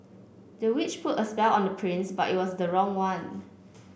the witch put a spell on the prince but it was the wrong one